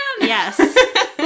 Yes